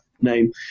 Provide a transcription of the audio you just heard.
name